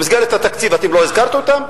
במסגרת התקציב אתם לא הזכרתם אותם?